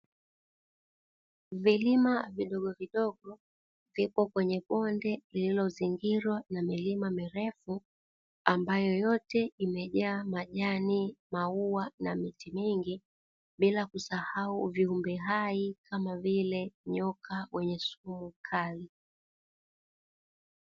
Vilima vidogovidogo vipo kwenye bonde lililozingirwa na milima mirefu ambayo yote imejaa majani , maua na miti mingi bila kusahau viumbe hai kama vile nyoka wenye sumu kali.